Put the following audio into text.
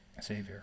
Savior